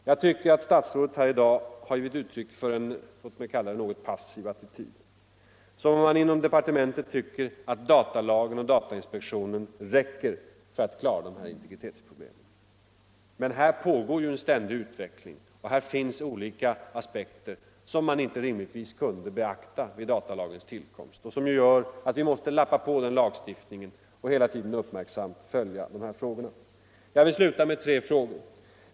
Jag tycker att statsrådet i dag har givit uttryck åt en, låt mig kalla det passiv attityd, som om man inom departementet anser att datalagen och datainspektionen räcker för att klara de här integritetsproblemen. Men här pågår ju en ständig utveckling och här finns olika aspekter som man inte rim = Nr 22 ligtvis kunde beakta vid datalagens tillkomst, och därför måste vi lappa Fredagen den på lagstiftningen och hela tiden uppmärksamt följa frågorna. 14 februari 1975 Jag vill sluta med tre frågor. SNART ENSE 1.